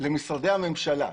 למשרדי הממשלה,